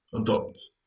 adopt